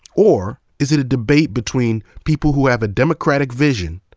or is it a debate between people who have a democratic vision,